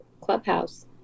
Clubhouse